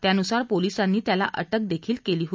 त्यानुसार पोलिसांनी त्याला अटक देखील केली होती